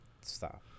Stop